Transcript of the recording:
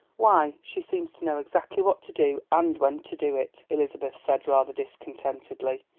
why, she seems to know exactly what to do, and when to do it, elizabeth said rather discontentedly,